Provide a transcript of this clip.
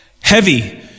heavy